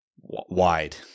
wide